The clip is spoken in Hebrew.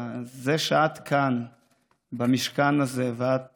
זה שאת כאן במשכן הזה ואת